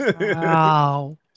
Wow